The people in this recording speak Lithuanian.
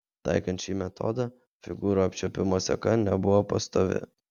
taikant šį metodą figūrų apčiuopimo seka nebuvo pastovi